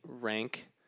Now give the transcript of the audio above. rank